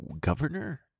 governor